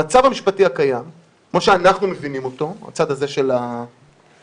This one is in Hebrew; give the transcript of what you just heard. במצב המשפטי הקיים כמו שאנחנו מבינים אותו בצד הזה של הקשת,